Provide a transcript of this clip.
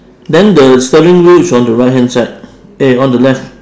then the steering wheel is on the right hand side eh on the left